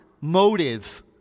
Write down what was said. motive